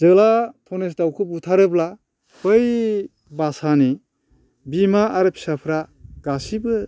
जेला धनेस दाउखौ बुथारोब्ला बै बासानि बिमा आरो फिसाफ्रा गासिबो